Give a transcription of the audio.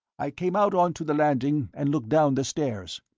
i came out on to the landing and looked down the stairs.